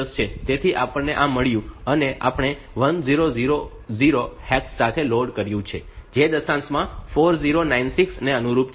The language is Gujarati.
તેથી આપણને આ મળ્યું છે અને આપણે 1000 હેક્સ સાથે લોડ કર્યું છે જે દશાંશમાં 4096 ને અનુરૂપ છે